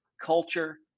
culture